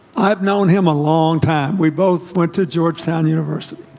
i've known him a long time. we both went to georgetown university